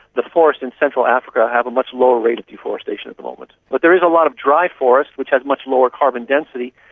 the forests in central africa have a much lower rate of deforestation at the moment. but there is a lot of dry forest which has much lower carbon density,